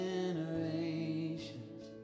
Generations